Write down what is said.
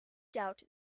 doubt